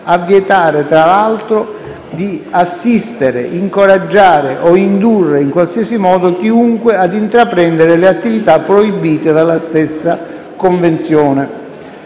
a vietare, tra l'altro, di "assistere, incoraggiare o indurre, in qualsiasi modo, chiunque ad intraprendere" le attività proibite dalla stessa Convenzione.